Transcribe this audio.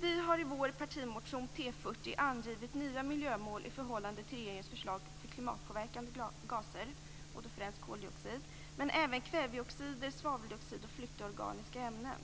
Vi har i vår partimotion T40 angivit nya miljömål i förhållande till regeringens förslag för klimatpåverkande gaser, främst koldioxid, men även kväveoxider, svaveldioxid och flyktiga organiska ämnen.